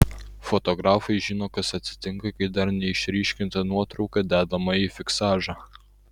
fotografai žino kas atsitinka kai dar neišryškinta nuotrauka dedama į fiksažą